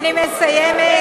אני מסיימת.